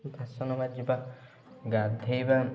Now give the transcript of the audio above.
ବାସନ ମାଜିବା ଗାଧୋଇବା